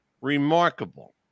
Remarkable